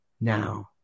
now